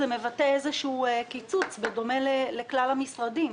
מבטא איזשהו קיצוץ בדומה לכלל המשרדים.